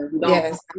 Yes